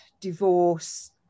divorce